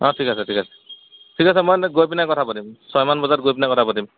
অঁ ঠিক আছে ঠিক আছে ঠিক আছে মই গৈ পিনে কথা পাতিম ছয়মান বজাত গৈ পিনে কথা পাতিম